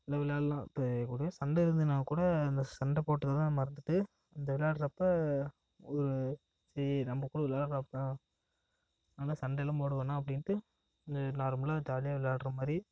எல்லா விளாட்லாம் இப்போ ஒரே சண்டை இருந்துதுன்னா கூட அந்த சண்ட போட்டதெல்லாம் மறந்துவிட்டு அந்த விளாட்றப்போ ஒரு சரி நம்ப கூட விளாட்றாப்ல அதனால் சண்டையெல்லாம் போட வேணாம் அப்படின்ட்டு இது நார்மலாக ஜாலியாக விளாட்ற மாதிரி